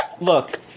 look